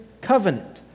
covenant